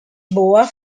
boa